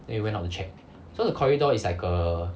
then we went out to check so the corridor is like err